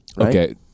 Okay